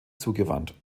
zugewandt